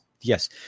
yes